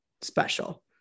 special